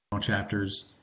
chapters